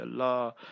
Allah